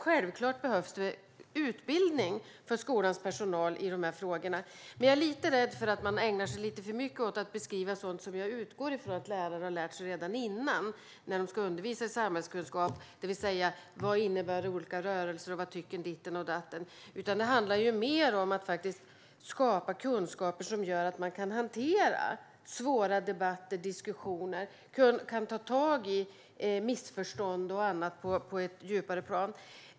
Självklart behövs det utbildning i de här frågorna för skolans personal, men jag är lite rädd för att man ägnar sig lite för mycket åt att beskriva sådant som jag utgår från att en samhällskunskapslärare redan vet, det vill säga vad olika rörelser innebär och vad ditten och datten tycker. Snarare måste man skapa kunskap för att hantera svåra debatter och diskussioner. Man ska kunna ta tag i missförstånd och annat på ett djupare plan.